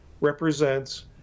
represents